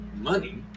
money